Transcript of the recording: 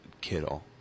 Kittle